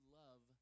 love